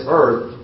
earth